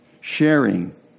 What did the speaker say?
sharing